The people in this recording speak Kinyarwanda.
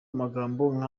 amagambo